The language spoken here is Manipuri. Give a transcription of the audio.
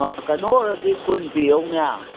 ꯀꯩꯅꯣ ꯑꯣꯏꯔꯗꯤ ꯀꯨꯟ ꯄꯤꯔꯛꯎꯅ